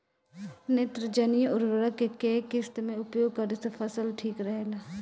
नेत्रजनीय उर्वरक के केय किस्त मे उपयोग करे से फसल ठीक होला?